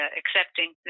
accepting